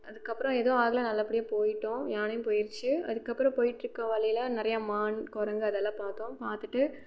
அதுக்கப்புறம் எதுவும் ஆகலை நல்லபடியாக போய்விட்டோம் யானையும் போயிடுச்சு அதுக்கப்புறம் போய்ட்டு இருக்க வழியில் நிறைய மான் குரங்கு அதெல்லாம் பார்த்தோம் பார்த்துட்டு